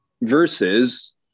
Versus